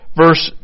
verse